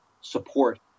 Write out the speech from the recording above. support